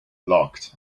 locked